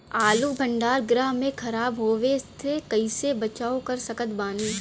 आलू भंडार गृह में खराब होवे से कइसे बचाव कर सकत बानी?